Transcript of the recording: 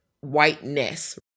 whiteness